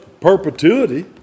perpetuity